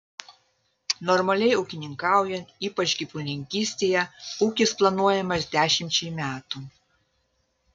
normaliai ūkininkaujant ypač gyvulininkystėje ūkis planuojamas dešimčiai metų